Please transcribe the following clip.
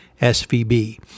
SVB